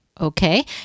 Okay